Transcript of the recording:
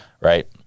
right